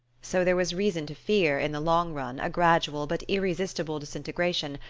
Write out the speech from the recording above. so there was reason to fear, in the long run, a gradual but irresistible disintegration,